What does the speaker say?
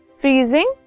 freezing